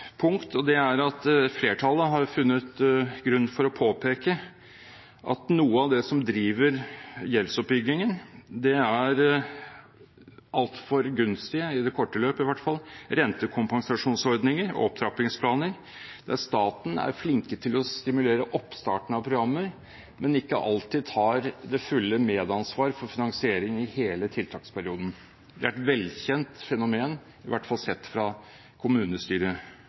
Flertallet har funnet grunn til å påpeke at noe av det som driver gjeldsoppbyggingen, er altfor gunstige – i det korte løp i hvert fall – rentekompensasjonsordninger og opptrappingsplaner, der staten er flink til å stimulere oppstarten av programmer, men ikke alltid tar det fulle medansvar for finansiering i hele tiltaksperioden. Det er et velkjent fenomen, i hvert fall sett fra